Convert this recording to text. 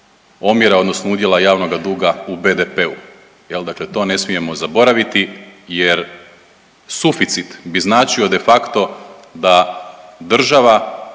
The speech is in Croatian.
odnosno udjela javnoga duga u BDP-u. Dakle to ne smijemo zaboraviti, jer suficit bi značio de facto da država